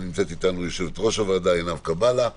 נמצאת אתנו יושבת-ראש הוועדה, עינב קבאלה.